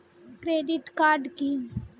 Credit card কি?